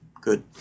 good